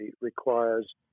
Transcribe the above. requires